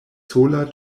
sola